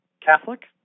Catholic